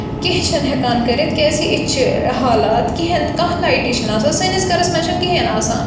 کینٛہہ چھِنہٕ ہیٚکان کٔرِتھ کیٛازِکہِ یِتھۍ چھِ حالات کِہیٖنۍ کانٛہہ لایٹہِ چھِنہٕ آسان سٲنِس گَرَس منٛز چھِنہٕ کِہیٖنۍ آسان